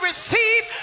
receive